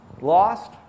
lost